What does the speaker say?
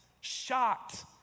shocked